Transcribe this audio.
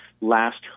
last